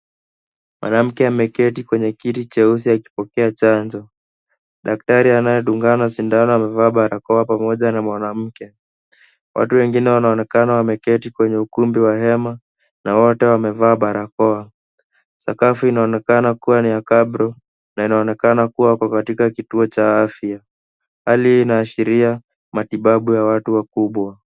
Mwanamke ameketi kwenye kiti cheusi akipokea chanjo. Daktari anayedungana sindano amevaa barakoa pamoja na mwanamke. Watu wengine wanaonekana wameketi kwenye ukumbi wa hema na wote wamevaa barako. Sakafu inaonekana kuwa ni ya kabro na inaonekana kuwa wako katika kituo cha afya. hali hii inaashiria matibabu ya watu wakubwa.